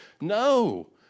No